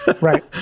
right